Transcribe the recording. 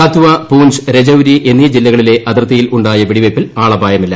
കത്വ പൂഞ്ച് രജൌരി എന്നീ ജില്ലകളിലെ അതിർത്തിയിൽ ഉണ്ടായ വെടിവെയ്പ്പിൽ ആളപായമില്ല